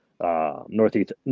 Northeast